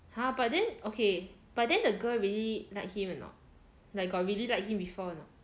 !huh! but then okay but then the girl really like him or not like got really like him before or not